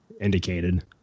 indicated